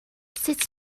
sut